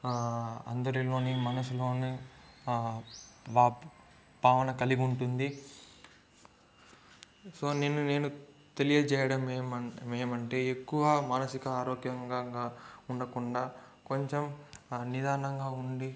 అందరిలోని మనసులోని వాపు భావన కలిగి ఉంటుంది సో నిన్ను నేను తెలియజేయడం ఏమం ఏమంటే ఎక్కువ మానసిక ఆరోగ్యకంగా ఉండకుండా కొంచెం నిదానంగా ఉండి